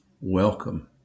welcome